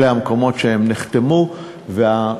אלה המקומות שנחתמו בהם,